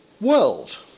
world